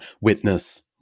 witness